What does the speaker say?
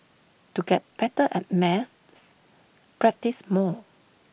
to get better at maths practise more